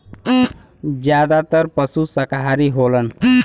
जादातर पसु साकाहारी होलन